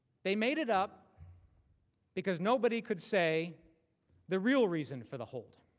they made it up because nobody could say the real reason for the hold.